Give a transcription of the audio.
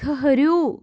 ٹھٕہرِو